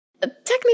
Technically